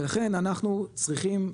ולכן אנחנו צריכים,